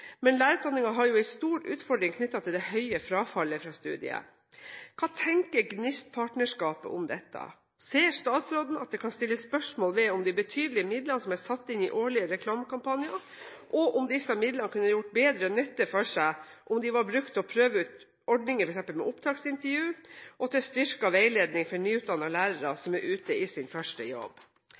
men lærerutdanningen har en stor utfordring knyttet til det høye frafallet fra studiet. Hva tenker GNIST-partnerskapet om dette? Ser statsråden at det kan stilles spørsmål ved de betydelige midlene som er satt inn i årlige reklamekampanjer, og om disse midlene kunne ha gjort bedre nytte for seg om de hadde blitt brukt til å prøve ut ordninger med f.eks. opptaksintervju og til styrket veiledning for nyutdannede lærere som er ute i sin første jobb?